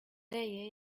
leje